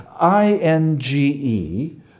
I-N-G-E